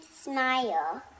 smile